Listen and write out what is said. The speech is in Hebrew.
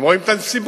הם רואים את הנסיבות.